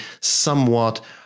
somewhat